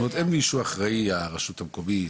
זאת אומרת, אין מישהו שאחראי על הקשר איתכם.